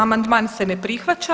Amandman se ne prihvaća.